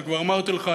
אני כבר אמרתי לך,